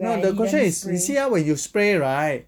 no the question is you see ah when you spray right